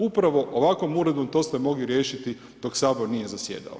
Upravo ovakvom uredbom to ste mogli riješiti dok Sabor nije zasjedao.